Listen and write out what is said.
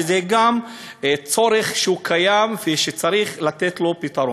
וזה גם צורך שקיים ושצריך לתת לו פתרון.